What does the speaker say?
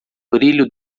brilho